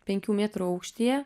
penkių metrų aukštyje